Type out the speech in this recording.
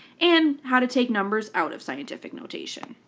and how to take numbers out of scientific notation.